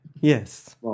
Yes